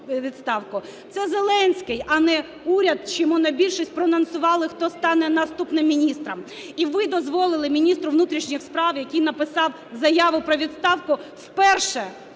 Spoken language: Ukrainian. Це Зеленський, а не уряд чи монобільшість проанонсували, хто стане наступним міністром. І ви дозволили міністру внутрішніх справ, який написав заяву про відставку, вперше